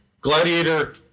Gladiator